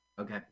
Okay